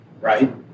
right